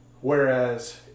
Whereas